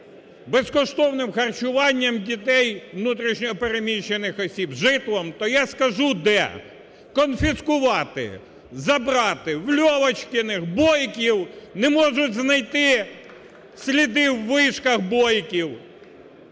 безкоштовним харчуванням дітей внутрішньо переміщених осіб, житлом. То я скажу де. Конфіскувати, забрати в Льовочкіних, Бойків. Не можуть знайти сліди у вишках Бойків.